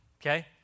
okay